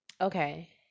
okay